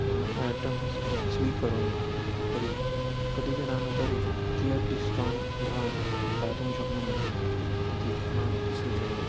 atoms स्वीकरोमि तर्हि कति जनानामुपरि कियत् डिस्कौण्ट् भवान् दातुं शक्नुमि इति मां सूचयतु